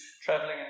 traveling